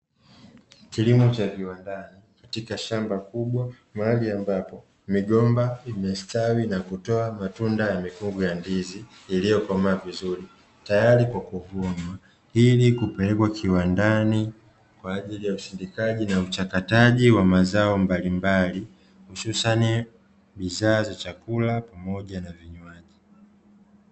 Kilimo cha viwandani katika shamba kubwa mahali ambapo migomba imestawi na kutoa matunda ya mikungu ya ndizi iliyokomaa vizuri tayari kwa kuvunwa, ili kupelekwa viwandani kwa ajili ya usindikaji na uchakataji wa mazao mbalimbali hususani bidhaa za chakula pamoja na vinywaji.